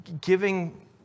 giving